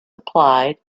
applied